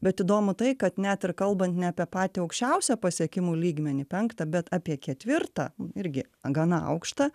bet įdomu tai kad net ir kalbant ne apie patį aukščiausią pasiekimų lygmenį penktą bet apie ketvirtą irgi gana aukštą